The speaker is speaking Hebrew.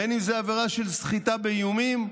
בין שזו עבירה של סחיטה באיומים,